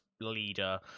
leader